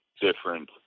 different